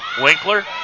Winkler